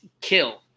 kill